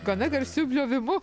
gana garsiu bliovimu